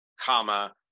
comma